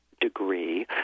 degree